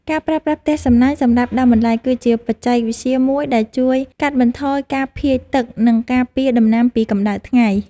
ការប្រើប្រាស់ផ្ទះសំណាញ់សម្រាប់ដាំបន្លែគឺជាបច្ចេកវិទ្យាមួយដែលជួយកាត់បន្ថយការភាយទឹក និងការពារដំណាំពីកម្តៅថ្ងៃ។